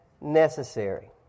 necessary